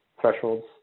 thresholds